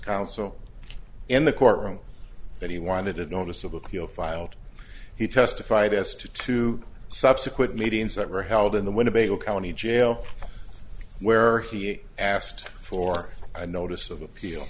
counsel in the courtroom that he wanted a notice of appeal filed he testified as to two subsequent meetings that were held in the winnebago county jail where he is asked for a notice of appeal